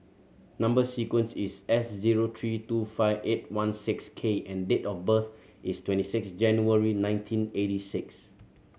number sequence is S zero three two five eight one six K and date of birth is twenty six January nineteen eighty six